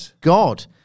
God